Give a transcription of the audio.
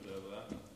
תודה רבה.